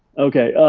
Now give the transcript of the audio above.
okay,